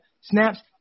snaps